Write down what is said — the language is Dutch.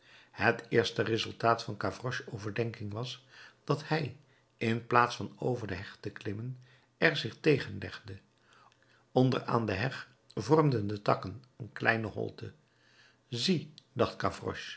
het eerste resultaat van gavroches overdenking was dat hij in plaats van over de heg te klimmen er zich tegen legde onder aan de heg vormden de takken een kleine holte zie dacht